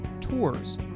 Tours